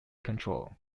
control